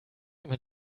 immer